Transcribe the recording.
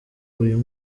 uyu